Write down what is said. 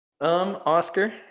Oscar